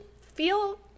feel